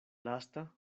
lasta